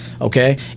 Okay